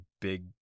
big